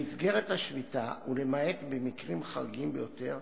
במסגרת השביתה, ולמעט במקרים חריגים ביותר,